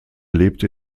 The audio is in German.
lebte